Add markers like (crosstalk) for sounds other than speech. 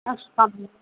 अस् (unintelligible)